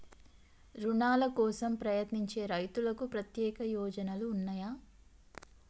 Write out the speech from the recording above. రుణాల కోసం ప్రయత్నించే రైతులకు ప్రత్యేక ప్రయోజనాలు ఉన్నయా?